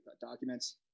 documents